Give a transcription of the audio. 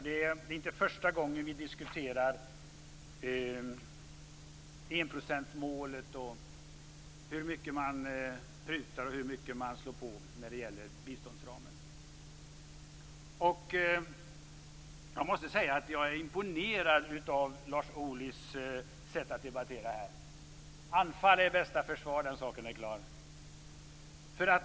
Det är inte första gången vi diskuterar enprocentsmålet och hur mycket man prutar och slår på när det gäller biståndsramen. Jag är imponerad av Lars Ohlys sätt att debattera. Anfall är bästa försvar, den saken är klar.